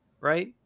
right